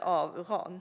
av uran.